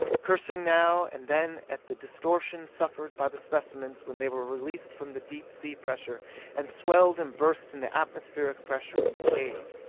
cursing now and then at the distortion suffered by the specimens when they were released from the deep sea pressure and swelled and burst in the atmospheric pressure in the cave.